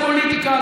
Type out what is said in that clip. זה פוליטיקה,